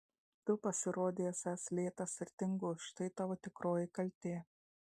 tu pasirodei esąs lėtas ir tingus štai tavo tikroji kaltė